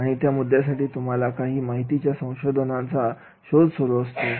आणि त्या मुद्द्यासाठी तुम्हाला काही माहितीच्या साधनांचा शोध सुरू असतो